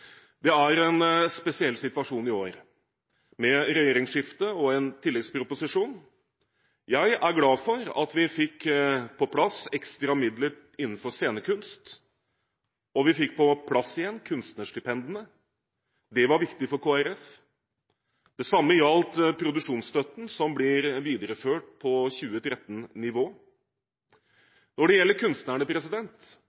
Det er en spesiell situasjon i år – med regjeringsskifte og en tilleggsproposisjon. Jeg er glad for at vi fikk på plass ekstra midler innenfor scenekunst. Vi fikk på plass igjen kunstnerstipendene. Det var viktig for Kristelig Folkeparti. Det samme gjaldt produksjonsstøtten, som blir videreført på